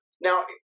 Now